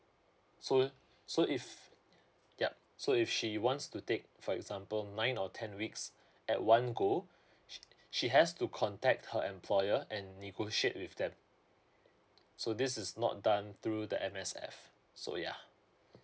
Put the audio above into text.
so so if yup so if she wants to take for example nine or ten weeks at one go she she has to contact her employer and negotiate with them so this is not done through the M_S_F so yeah